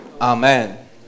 Amen